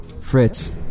Fritz